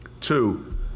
Two